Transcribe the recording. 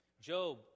Job